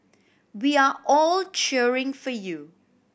we are all cheering for you